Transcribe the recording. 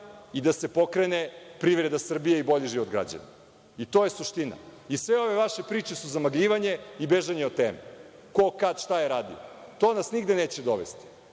i da se pokrene privreda Srbije i bolji život građana, to je suština. Sve ove vaše priče su zamagljivanje i bežanje od teme, ko, kad, šta je radio. To nas nigde neće dovesti. Znači,